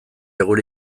gure